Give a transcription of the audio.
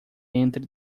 entre